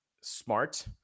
smart